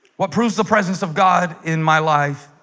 what proves the presence of god in my life